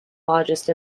largest